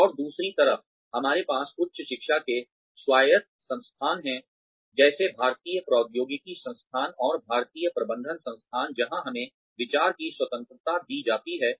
और दूसरी तरफ हमारे पास उच्च शिक्षा के स्वायत्त संस्थान हैं जैसे भारतीय प्रौद्योगिकी संस्थान और भारतीय प्रबंधन संस्थान जहाँ हमें विचार की स्वतंत्रता दी जाती है